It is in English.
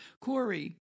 Corey